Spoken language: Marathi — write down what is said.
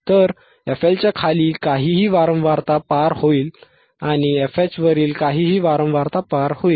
तर fLच्या खाली काहीही वारंवारता पार होईल आणि fH वरील काहीही वारंवारता पार होईल